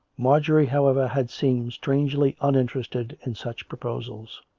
marjorie, however, had seemed strangely uninterested in such proposals.